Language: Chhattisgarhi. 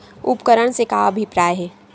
उपकरण से का अभिप्राय हे?